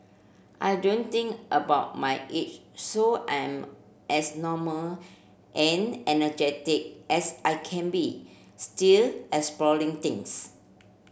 I don't think about my age so I'm as normal and energetic as I can be still exploring things